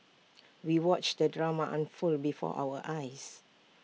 we watched the drama unfold before our eyes